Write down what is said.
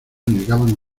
negaban